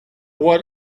what